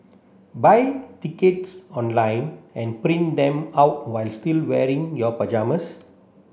buy tickets online and print them out while still wearing your pyjamas